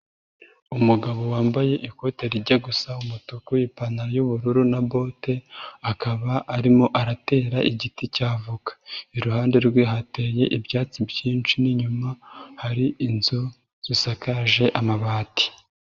Umugabo wambaye ikote rijya gusa umutuku, ipantaro y'ubururu na bote, akaba arimo aratera igiti cy'avoka. Iruhande rwe hateye ibyatsi byinshi n'inyuma hari inzu, zisakaje amabati.